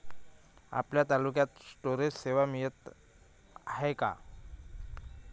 आपल्या तालुक्यात स्टोरेज सेवा मिळत हाये का?